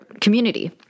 community